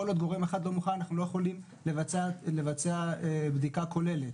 כל עוד גורם אחד לא מוכן אנחנו לא יכולים לבצע בדיקה כוללת.